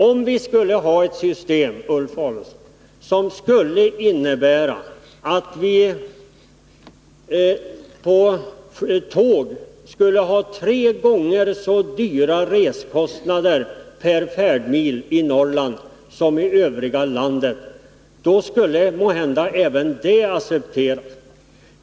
Om vi hade ett system när det gäller tågförbindelserna, Ulf Adelsohn, som skulle innebära tre gånger så dyra reskostnader per färdmil i Norrland som i övriga landet, så skulle måhända även det accepteras.